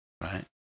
right